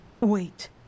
Wait